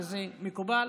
וזה מקובל,